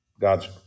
God's